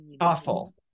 awful